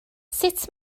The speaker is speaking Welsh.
sut